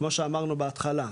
כמו שאמרנו בהתחלה,